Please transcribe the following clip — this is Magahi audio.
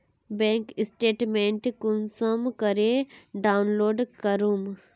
बैंक स्टेटमेंट कुंसम करे डाउनलोड करूम?